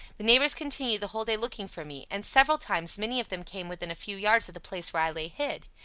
the neighbours continued the whole day looking for me, and several times many of them came within a few yards of the place where i lay hid.